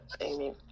Amy